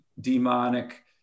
demonic